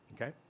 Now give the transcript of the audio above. Okay